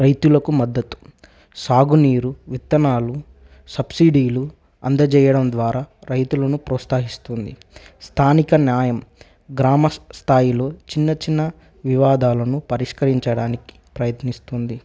రైతులకు మద్దతు సాగునీరు విత్తనాలు సబ్సిడీలు అందజేయడం ద్వారా రైతులను ప్రోత్సహిస్తుంది స్థానిక న్యాయం గ్రామ స్థాయిలో చిన్న చిన్న వివాదాలను పరిష్కరించడానికి ప్రయత్నిస్తుంది